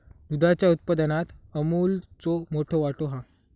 दुधाच्या उत्पादनात अमूलचो मोठो वाटो हा